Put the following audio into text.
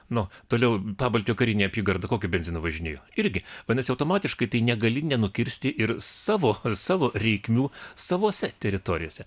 nu toliau pabaltijo karinė apygarda kokiu benzinu važinėjo irgi vadinasi automatiškai tai negali nenukirsti ir savo savo reikmių savose teritorijose